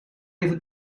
even